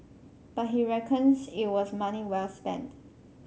but he reckons it was money well spent